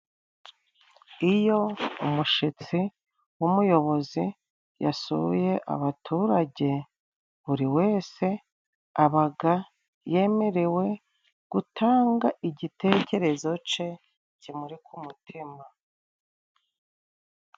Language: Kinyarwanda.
Iyo umushitsi w'umuyobozi yasuye abaturage, buri wese abaga yemerewe gutanga igitekerezo ce kimuri ku mutima.